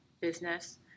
business